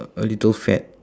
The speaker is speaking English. a little fat